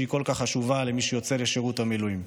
שהיא כל כך חשובה למי שיוצא לשירות המילואים.